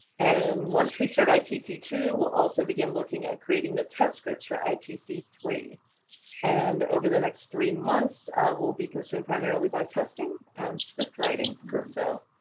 and once we start i t c two, we'll also begin looking at creating the test scripts for i t c three and over the next three months we'll be consumed primarily by testing and script writing group. so